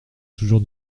toujours